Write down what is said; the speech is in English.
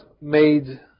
made